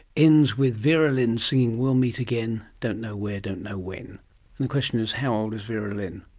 ends with vera lynn singing we'll meet again, don't know where, don't know when. and the question is, how old is vera lynn?